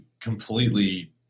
completely –